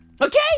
Okay